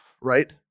right